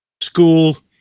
school